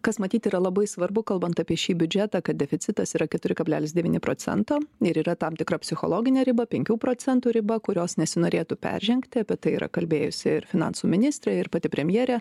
kas matyt yra labai svarbu kalbant apie šį biudžetą kad deficitas yra keturi kablelis devyni procento ir yra tam tikra psichologinė riba penkių procentų riba kurios nesinorėtų peržengti apie tai yra kalbėjusi ir finansų ministrė ir pati premjerė